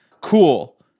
cool